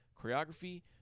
choreography